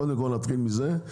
קודם כול, נתחיל מזה.